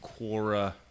quora